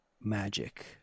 magic